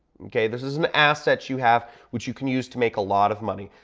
okay? this is an asset you have, which you can use to make a lot of money.